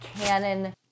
canon